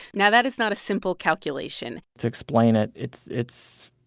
now, that is not a simple calculation to explain it, it's it's